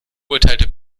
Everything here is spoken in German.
urteilte